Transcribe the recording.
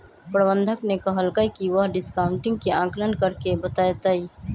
प्रबंधक ने कहल कई की वह डिस्काउंटिंग के आंकलन करके बतय तय